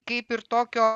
kaip ir tokio